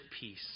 peace